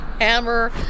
hammer